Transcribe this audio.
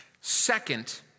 Second